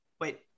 wait